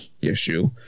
issue